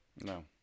No